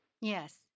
yes